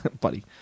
Buddy